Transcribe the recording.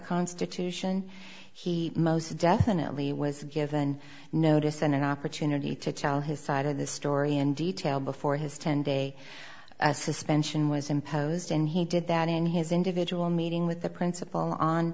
constitution he most definitely was given notice and an opportunity to tell his side of the story in detail before his ten day suspension was imposed and he did that in his individual meeting with the principal on